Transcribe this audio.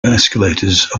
escalators